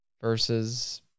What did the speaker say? versus